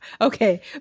okay